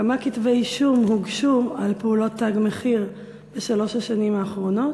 3. כמה כתבי אישום הוגשו על פעולות "תג מחיר" בשלוש השנים האחרונות?